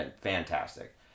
fantastic